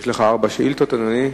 לשאול: 1. האם נבדק מקרה זה?